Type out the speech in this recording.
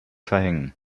verhängen